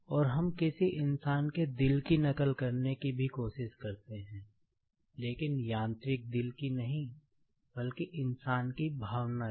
और हम किसी इंसान के दिल की नकल करने की भी कोशिश करते हैं लेकिन यांत्रिक दिल की नहीं बल्कि इंसान की भावना की